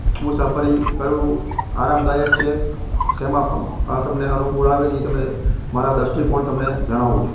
મુસાફરી કયું આરામદાયક છે શેમાં આ તમને અનુકૂળ આવે છે એ તમે મારા દૃષ્ટિકોણ તમને જણાવું છું